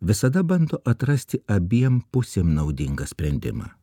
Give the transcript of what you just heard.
visada bando atrasti abiem pusėm naudingą sprendimą